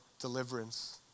deliverance